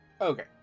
Okay